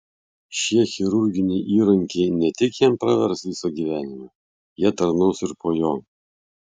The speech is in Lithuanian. šie chirurginiai įrankiai ne tik jam pravers visą gyvenimą jie tarnaus ir po jo